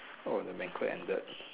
oh the ended